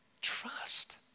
trust